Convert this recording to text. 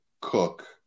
Cook